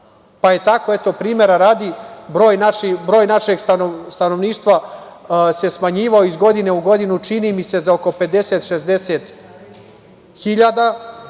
Srbiju. Tako je primera radi, broj našeg stanovništva se smanjivao iz godine u godinu, čini mi se, za oko 50, 60 hiljada,